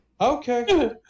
Okay